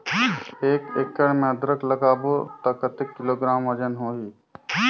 एक एकड़ मे अदरक लगाबो त कतेक किलोग्राम वजन होही?